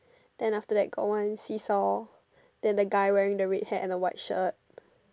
then after that got one seesaw then the guy wearing the red hat and the white shirt